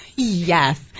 Yes